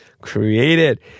created